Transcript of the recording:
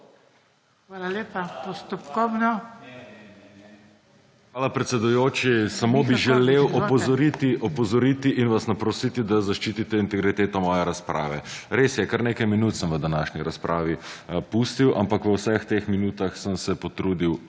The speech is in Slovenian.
(PS Levica):** Hvala, predsedujoči. Samo bi želel opozoriti in vas naprositi, da zaščitite integriteto moje razprave. Res je, kar nekaj minut sem v današnji razpravi pustil, ampak v vseh teh minutah sem se potrudil